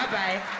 bye